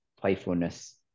playfulness